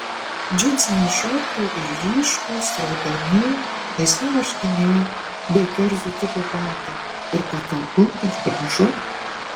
džinsiniai šortai ir ryškūs raudoni laisvi marškiniai bei kerzų tipo batai ir patogu ir gražu